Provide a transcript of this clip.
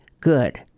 good